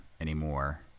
anymore